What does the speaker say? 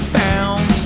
found